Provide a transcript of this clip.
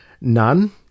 none